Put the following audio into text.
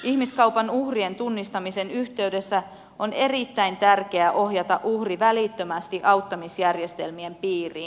ihmiskaupan uhrien tunnistamisen yhteydessä on erittäin tärkeää ohjata uhri välittömästi auttamisjärjestelmien piiriin